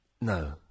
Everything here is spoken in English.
No